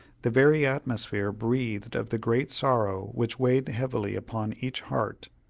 the very atmosphere breathed of the great sorrow which weighed heavily upon each heart.